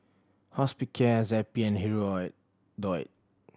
Hospicare Zappy and Hirudoid